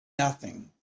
nothing